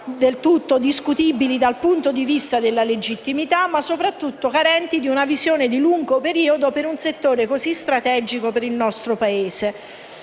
del tutto discutibili dal punto di vista della legittimità, ma soprattutto carenti di una visione di lungo periodo per un settore così strategico per il nostro Paese.